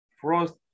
frost